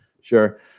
Sure